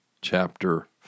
chapter